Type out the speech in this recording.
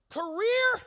career